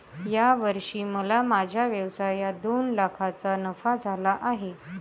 या वर्षी मला माझ्या व्यवसायात दोन लाख रुपयांचा नफा झाला आहे